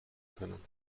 können